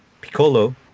Piccolo